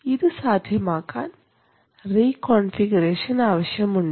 ഇത് സാധ്യമാക്കാൻ റീകോൺഫിഗറേഷൻ ആവശ്യമുണ്ട്